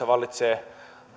vallitsee